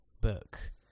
book